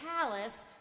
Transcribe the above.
palace